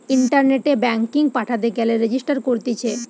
ইন্টারনেটে ব্যাঙ্কিং পাঠাতে গেলে রেজিস্টার করতিছে